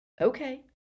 okay